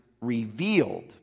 revealed